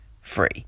free